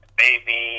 baby